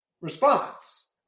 response